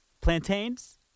Plantains